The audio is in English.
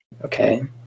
Okay